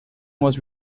was